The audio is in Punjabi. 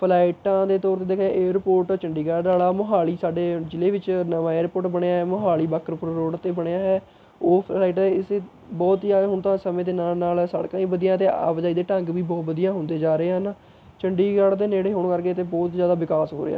ਫਲਾਈਟਾਂ ਦੇ ਤੌਰ ਤੇ ਦੇਖਿਆ ਜਾਵੇ ਏਅਰਪੋਰਟ ਚੰਡੀਗੜ੍ਹ ਵਾਲ਼ਾ ਮੋਹਾਲੀ ਸਾਡੇ ਜ਼ਿਲ੍ਹੇ ਵਿੱਚ ਨਵਾਂ ਏਅਰਪੋਰਟ ਬਣਿਆ ਮੋਹਾਲੀ ਬਾਕਰਪੁਰ ਰੋਡ 'ਤੇ ਬਣਿਆ ਹੈ ਉਹ ਇਸ ਬਹੁਤ ਹੀ ਜ਼ਿਆਦਾ ਹੁਣ ਤਾਂ ਸਮੇਂ ਦੇ ਨਾਲ਼ ਨਾਲ਼ ਸੜਕਾਂ ਵੀ ਵਧੀਆ ਅਤੇ ਆਵਾਜਾਈ ਦੇ ਢੰਗ ਵੀ ਬਹੁਤ ਵਧੀਆ ਹੁੰਦੇ ਜਾ ਰਹੇ ਹਨ ਚੰਡੀਗੜ੍ਹ ਦੇ ਨੇੜੇ ਹੋਣ ਕਰਕੇ ਇੱਥੇ ਬਹੁਤ ਹੀ ਜ਼ਿਆਦਾ ਵਿਕਾਸ ਹੋ ਰਿਹਾ